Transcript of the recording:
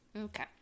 Okay